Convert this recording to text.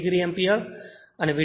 8 degree ampere અને V2